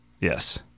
Yes